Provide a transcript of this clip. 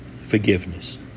Forgiveness